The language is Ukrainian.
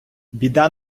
біда